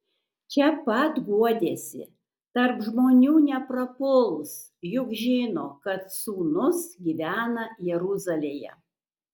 čia pat guodėsi tarp žmonių neprapuls juk žino kad sūnus gyvena jeruzalėje